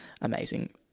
amazing